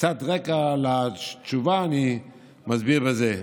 קצת רקע לתשובה אני מסביר בזה: